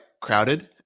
crowded